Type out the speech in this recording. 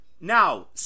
Now